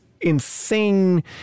insane